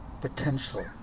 potential